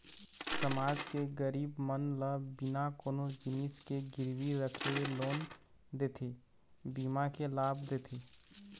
समाज के गरीब मन ल बिना कोनो जिनिस के गिरवी रखे लोन देथे, बीमा के लाभ देथे